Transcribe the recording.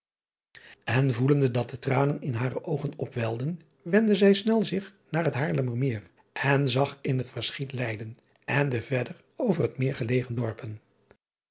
en voelende dat de tranen in hare oogen opwelden wendde zij snel zich naar het aarlemmer eer en zag in het verschiet eyden en de verder over het eer gelegen dorpen